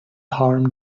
harm